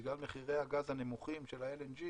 בגלל מחירי הגז הנמוכים של ה-LNG,